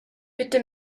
bitte